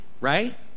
right